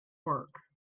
work